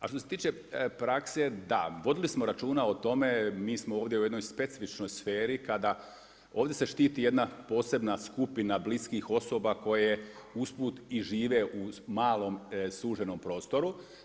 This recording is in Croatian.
A što se tiče prakse da, vodili smo računa o tome, mi smo ovdje u jednoj specifičnoj sferi kada ovdje se štiti jedna posebna skupina bliskih osoba koje usput i žive u malom suženom prostoru.